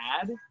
add